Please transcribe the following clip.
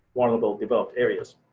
one of those developed areas.